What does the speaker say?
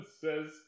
says